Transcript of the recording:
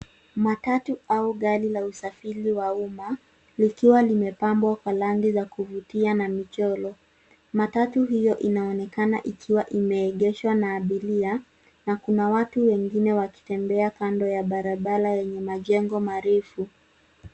Matatu au gari la usafiri wa umma likiwa imepambwa kwa rangi ya kuvutia na michoro. Matatu hiyo inaonekana ikiwa imeegeshwa na abiria na kuna watu wengine wakitembea kando ya barabara yenye majengo marefu.